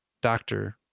Doctor